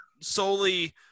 solely